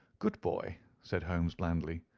good boy, said holmes, blandly.